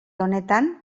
honetan